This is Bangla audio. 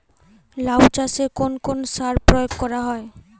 লাউ চাষে কোন কোন সার প্রয়োগ করা হয়?